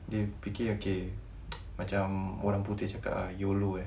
they fikir okay macam orang putih cakap yolo eh